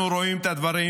אנחנו רואים את הדברים: